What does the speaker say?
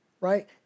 right